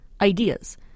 ideas